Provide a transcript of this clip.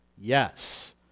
yes